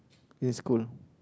in school